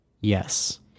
Yes